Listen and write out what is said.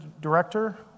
director